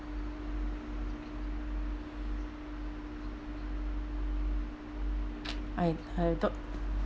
I I don't